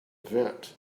vent